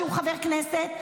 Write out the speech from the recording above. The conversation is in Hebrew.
שהוא חבר כנסת,